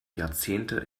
jahrzehnte